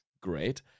great